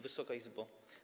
Wysoka Izbo!